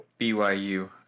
BYU